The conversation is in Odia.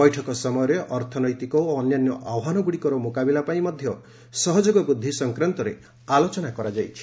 ବୈଠକ ସମୟରେ ଅର୍ଥନୈତିକ ଓ ଅନ୍ୟାନ୍ୟ ଆହ୍ୱାନଗୁଡ଼ିକର ମୁକାବିଲା ପାଇଁ ସହଯୋଗ ବୃଦ୍ଧି ସଂକ୍ରାନ୍ତରେ ମଧ୍ୟ ଆଲୋଚନା କରାଯାଇଛି